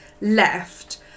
left